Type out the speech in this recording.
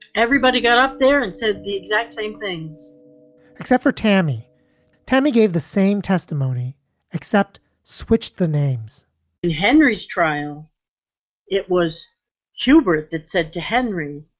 everybody got up there and said the exact same things except for tammy tammy gave the same testimony except switched the names in henry's trial it was hubris that said to henry,